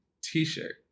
t-shirt